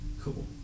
Cool